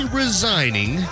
resigning